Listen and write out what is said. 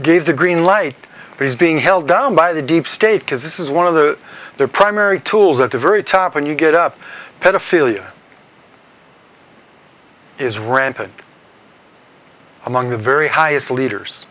gave the green light but is being held down by the deep state because this is one of the their primary tools at the very top when you get up pedophilia is rampant among the very highest leaders